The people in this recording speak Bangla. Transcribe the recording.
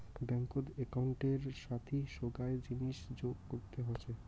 ব্যাঙ্কত একউন্টের সাথি সোগায় জিনিস যোগ করতে হসে